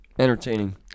Entertaining